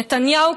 נתניהו,